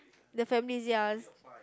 the families ya s~